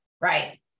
Right